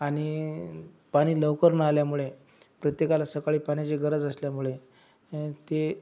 आणि पाणी लवकर न आल्यामुळे प्रत्येकाला सकाळी पाण्याची गरज असल्यामुळे ते